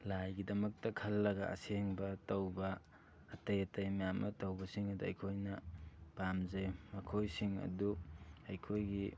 ꯂꯥꯏꯒꯤꯗꯃꯛꯇ ꯈꯜꯂꯒ ꯑꯁꯦꯡꯕ ꯇꯧꯕ ꯑꯇꯩ ꯑꯇꯩ ꯃꯌꯥꯝ ꯑꯃ ꯇꯧꯕꯁꯤꯡ ꯑꯗꯨ ꯑꯩꯈꯣꯏꯅ ꯄꯥꯝꯖꯩ ꯃꯈꯣꯏꯁꯤꯡ ꯑꯗꯨ ꯑꯩꯈꯣꯏꯒꯤ